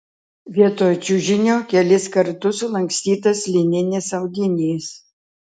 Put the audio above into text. vietoj čiužinio kelis kartus sulankstytas lininis audinys